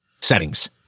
Settings